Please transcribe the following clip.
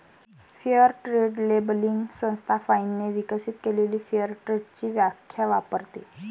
fair trade labelling संस्था फाइनने विकसित केलेली फेअर ट्रेडची व्याख्या वापरते